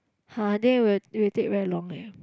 !huh! then it would it would take very long leh